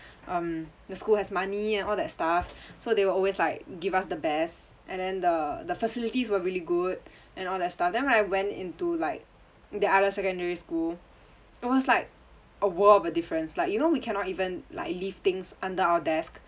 um the school has money and all that stuff so they will always like give us the best and then the the facilities were really good and all that stuff then I went into like the other secondary school it was like a world of a difference like you know we cannot even like leave things under our desks